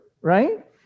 right